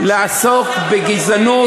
ניסן,